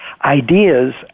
ideas